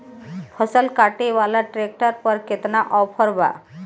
फसल काटे वाला ट्रैक्टर पर केतना ऑफर बा?